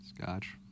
Scotch